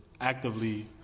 actively